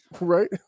Right